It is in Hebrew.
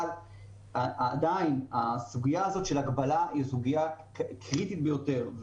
אבל הסוגיה הזאת של ההגבלה היא עדיין סוגיה קריטית ביותר,